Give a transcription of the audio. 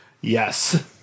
Yes